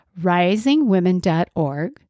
risingwomen.org